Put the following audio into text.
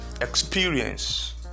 experience